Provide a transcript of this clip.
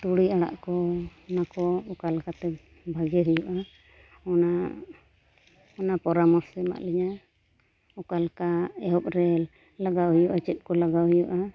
ᱛᱩᱲᱤ ᱟᱲᱟᱜ ᱠᱚ ᱚᱱᱟ ᱠᱚ ᱚᱠᱟ ᱞᱮᱠᱟᱛᱮ ᱵᱷᱟᱜᱮ ᱦᱩᱭᱩᱜᱼᱟ ᱚᱱᱟ ᱚᱱᱟ ᱯᱚᱨᱟᱢᱚᱨᱥᱚ ᱮᱢᱟᱜ ᱞᱤᱧᱟ ᱚᱠᱟ ᱞᱮᱠᱟ ᱮᱦᱚᱵ ᱨᱮ ᱞᱟᱜᱟᱣ ᱦᱩᱭᱩᱜᱼᱟ ᱪᱮᱫ ᱠᱚ ᱞᱟᱜᱟᱣ ᱦᱩᱭᱩᱜᱼᱟ